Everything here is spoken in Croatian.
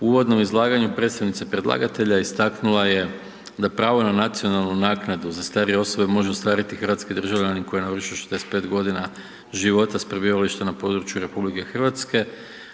U uvodnom izlaganju predstavnica predlagatelja istaknula je da pravo na nacionalnu naknadu za starije osobe može ostvariti hrvatski državljani koji navrše 65 g. života s prebivalištem na području RH u neprekidnom